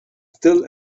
still